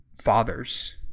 fathers